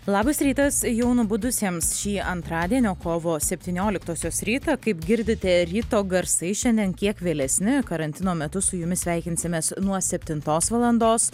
labas rytas jau nubudusiems šį antradienio kovo septynioliktosios rytą kaip girdite ryto garsai šiandien kiek vėlesni karantino metu su jumis sveikinsimės nuo septintos valandos